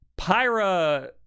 Pyra